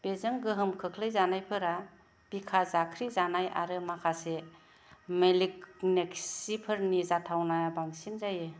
बेजों गोहोम खोख्लैजानायफोरा बिखा जाख्रि जानाय आरो माखासे मेलिगनेनसिफोरनि जाथावनाया बांसिन जायो